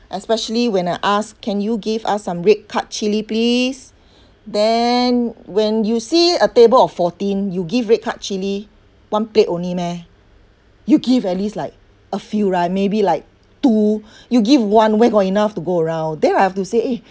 especially when I ask can you give us some red cut chilli please then when you see a table of fourteen you give red cut chilli one plate only meh you give at least like a few right maybe like two you give one where got enough to go around then I have to say eh